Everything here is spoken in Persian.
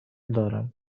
دارم